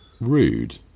rude